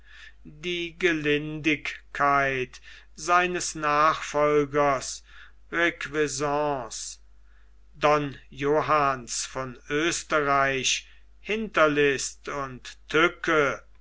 die gelindigkeit seines nachfolgers requesens don johanns von oesterreich hinterlist und tücke